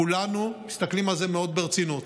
כולנו מסתכלים על זה מאוד ברצינות.